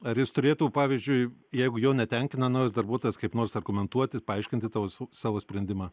ar jis turėtų pavyzdžiui jeigu jo netenkina naujas darbuotojas kaip nors argumentuoti paaiškinti tau savo sprendimą